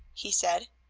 he said.